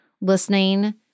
listening